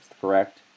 correct